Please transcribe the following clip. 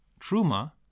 truma